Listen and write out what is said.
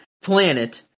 planet